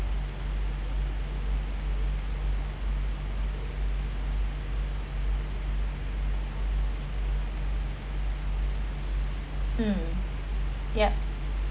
yup